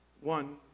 one